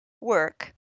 work